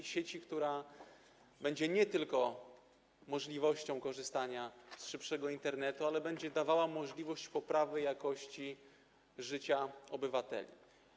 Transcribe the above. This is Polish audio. To sieć, która będzie nie tylko wiązała się z możliwością korzystania z szybszego Internetu, ale i będzie dawała możliwość poprawy jakości życia obywateli.